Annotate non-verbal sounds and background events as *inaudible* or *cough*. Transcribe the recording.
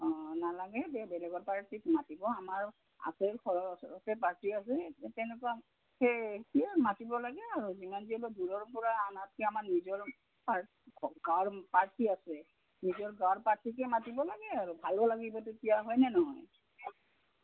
অঁ নালাগে দে বেলেগৰ পাৰ্টীক মাতিব আমাৰ *unintelligible* পাৰ্টী আছে তেনেকুৱা সেই স মাতিব লাগে আৰু *unintelligible* আনাতকে আমাৰ নিজৰ গাঁৱৰ পাৰ্টী আছে নিজৰ গাঁৱৰ পাৰ্টীকে মাতিব লাগে আৰু ভালো লাগিব তেতিয়া হয়নে নহয়